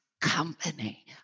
company